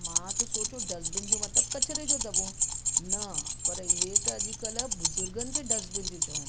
मां त सोचियो डस्ट्बिन जो मतलबु कचिरे जो दॿो न पर इहे त अॼुकल्ह बुज़ुर्गनि खे डस्ट्बिन थियूं चवनि